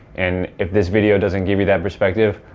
and if this video doesn't give you that perspective,